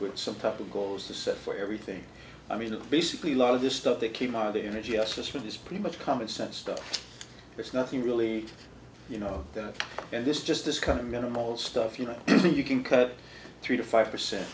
with some type of goals to set for everything i mean basically lot of this stuff that came out of the energy justice for this pretty much common sense stuff there's nothing really you know and this is just this kind of minimal stuff you know you can cut three to five percent